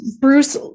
Bruce